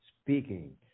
speaking